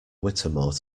whittemore